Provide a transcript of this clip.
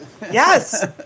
Yes